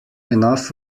enough